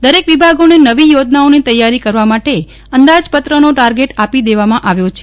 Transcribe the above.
દરેક વિભાગોને નવી યોજનાઓની તૈયારી કરવા માટે અંદાજપત્રનો ટાર્ગેટ આપી દેવામાં આવ્યો છે